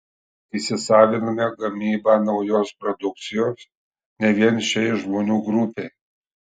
įsisaviname gamybą naujos produkcijos ne vien šiai žmonių grupei